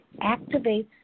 activates